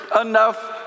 enough